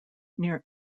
near